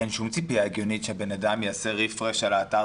אין שום ציפייה הגיונית שהבן אדם יעשה ריפרש על האתר